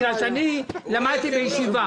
בגלל שאני למדתי בישיבה,